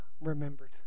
remembered